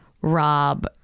Rob